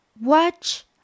Watch